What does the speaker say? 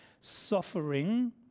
suffering